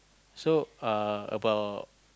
so uh about